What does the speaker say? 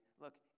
Look